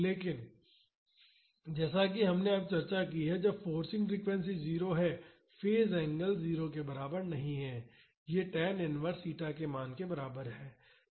इसलिए जैसा कि हमने अब चर्चा की है जब फोर्सिंग फ्रीक्वेंसी 0 है फेज़ एंगल 0 के बराबर नहीं है लेकिन यह टैन इनवर्स ईटा के मान के बराबर है